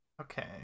Okay